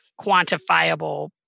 quantifiable